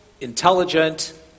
intelligent